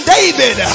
David